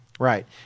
Right